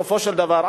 בסופו של דבר,